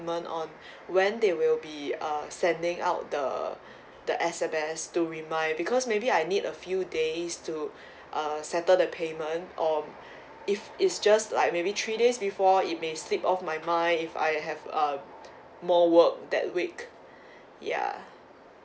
on when they will be uh sending out the the S_M_S to remind because maybe I need a few days to uh settle the payment or if it's just like maybe three days before it may slip off my mind if I have uh more work that week yeah